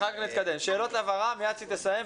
שאלות הבהרה מיד כשהיא תסיים.